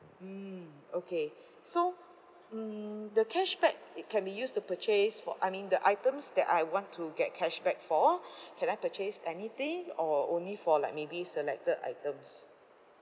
mm okay so mm the cashback it can be used to purchase for I mean the items that I want to get cashback for can I purchase anything or only for like maybe selected items